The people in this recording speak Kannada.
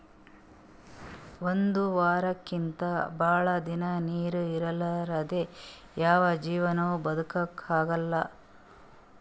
ಒಂದ್ ವಾರಕ್ಕಿಂತ್ ಭಾಳ್ ದಿನಾ ನೀರ್ ಇರಲಾರ್ದೆ ಯಾವ್ ಜೀವಿನೂ ಬದಕಲಕ್ಕ್ ಆಗಲ್ಲಾ